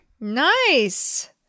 Nice